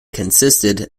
consisted